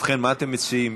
ובכן, מה אתם מציעים?